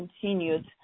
continued